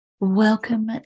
Welcome